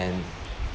and